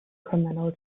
criminal